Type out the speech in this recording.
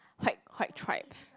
white white tribe